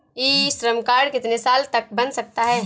ई Shram card कितने साल तक बन सकता है?